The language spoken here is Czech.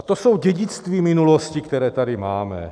To jsou dědictví minulosti, která tady máme.